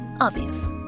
Obvious